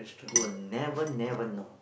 you'll never never know